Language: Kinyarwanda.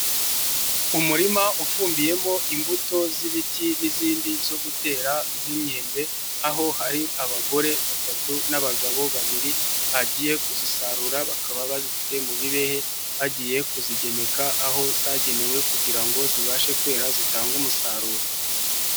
Umurima ufumbiyemo imbuto z'ibiti n'izindi zo gutera nk'imyembe, aho hari abagore batatu n'abagabo babiri bagiye kuzisarura bakaba bazifite mu bibehe, bagiye kuzigemeka aho zagenewe kugira ngo zibashe kwera zitange umusaruro.